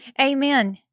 Amen